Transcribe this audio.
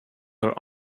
her